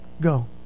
go